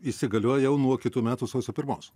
įsigalioja jau nuo kitų metų sausio pirmos